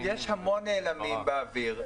יש המון נעלמים באוויר.